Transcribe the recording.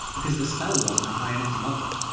because the spell wasn't a high enough level.